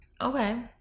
Okay